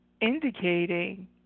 indicating